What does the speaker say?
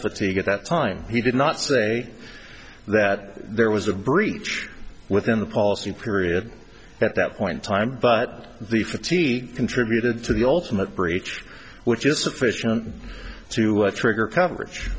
at that time he did not say that there was a breach within the policy period at that point time but the fatigue contributed to the ultimate breach which is sufficient to trigger coverage